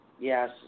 Yes